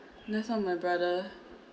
that's what my brother